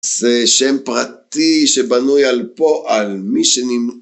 זה שם פרטי שבנוי על פה, על מי שנמצא